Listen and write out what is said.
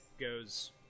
goes